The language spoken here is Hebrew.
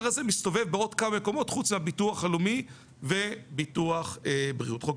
הזה מסתובב בעוד כמה מקומות חוץ מביטוח הלאומי וחוק ביטוח בריאות.